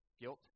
Guilt